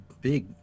big